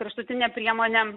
kraštutinė priemonė